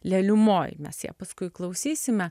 leliumoj mes ją paskui klausysime